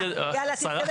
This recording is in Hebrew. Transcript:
יאללה, תתקדם.